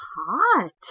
hot